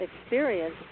experience